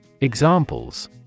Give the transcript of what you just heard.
Examples